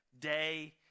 day